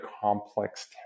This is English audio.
complex